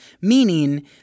meaning